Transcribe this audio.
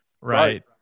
Right